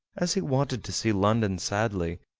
as he wanted to see london sadly,